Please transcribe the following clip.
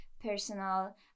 personal